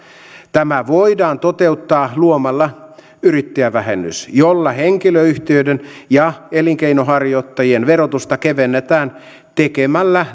tämä voidaan toteuttaa luomalla yrittäjävähennys jolla henkilöyhtiöiden ja elinkeinonharjoittajien verotusta kevennetään tekemällä